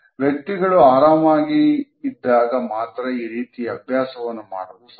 ವ್ಯಕ್ತಿಗಳು ಆರಾಮಾಗಿ ಇದ್ದಾಗ ಮಾತ್ರ ಈ ರೀತಿ ಅಭ್ಯಾಸವನ್ನು ಮಾಡಲು ಸಾಧ್ಯ